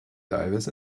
divers